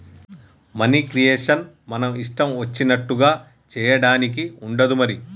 money creation మన ఇష్టం వచ్చినట్లుగా చేయడానికి ఉండదు మరి